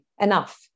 enough